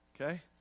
Okay